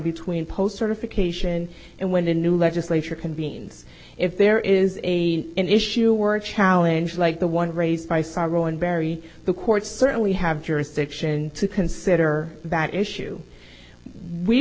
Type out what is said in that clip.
between post certification and when the new legislature convenes if there is a an issue or a challenge like the one raised by sorrow and barry the court certainly have jurisdiction to consider that issue we